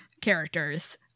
characters